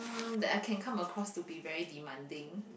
um that I can come across to be very demanding